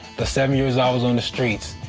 the seven years i was on the streets,